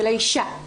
של האישה.